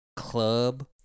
Club